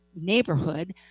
neighborhood